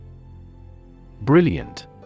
Brilliant